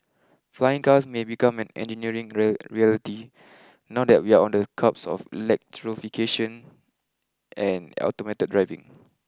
flying cars may become an engineering real reality now that we are on the cusp of electrification and automated driving